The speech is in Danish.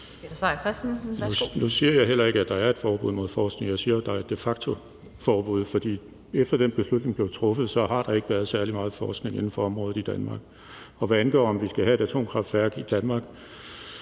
Nu siger jeg heller ikke, at der er et forbud mod forskning i det. Jeg siger jo, at der er et de facto-forbud, for efter den omtalte beslutning blev truffet, har der ikke været særlig meget forskning inden for området i Danmark. Hvad angår spørgsmålet om, hvorvidt vi skal have et atomkraftværk i Danmark,